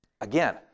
Again